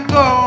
go